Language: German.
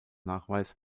nachweis